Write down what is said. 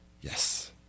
Yes